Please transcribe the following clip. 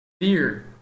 fear